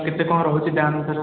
କେତେ କ'ଣ ରହୁଛି ଦାମ୍ ସାର